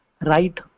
right